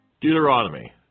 Deuteronomy